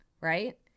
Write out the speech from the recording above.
right